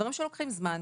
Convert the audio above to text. דברים שלוקחים זמן.